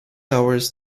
hours